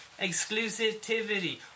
exclusivity